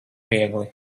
viegli